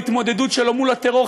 בהתמודדות שלו מול הטרור,